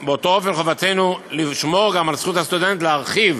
חובתנו לשמור גם על זכות הסטודנט להרחיב